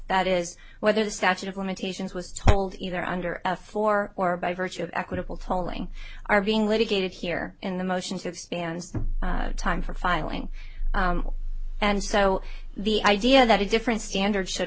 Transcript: that is whether the statute of limitations was told either under a four or by virtue of equitable tolling are being litigated here in the motions of stand time for filing and so the idea that a different standard should